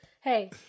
Hey